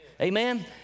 Amen